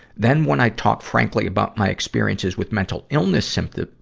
then when i talk frankly about my experiences with mental illness symptoms,